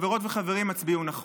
חברות וחברים, הצביעו נכון.